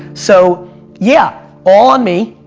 so yeah, all on me.